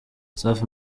safi